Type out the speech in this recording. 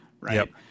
Right